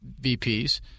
VPs